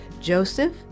Joseph